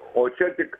o čia tik